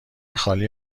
خالی